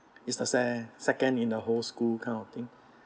it's the se~ second in the whole school kind of thing